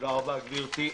תודה רבה, גברתי.